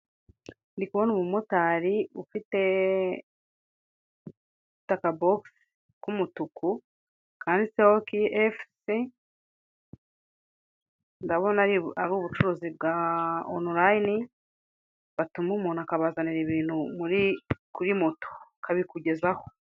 Ndi kubona umumotari ufite akabogisi k'umutuku kanditseho KFC, ndabona ari ubucuruzi bwa onorayini batuma umuntu akabazanira ibintu uri kuri moto akabikugezaho.